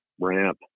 ramp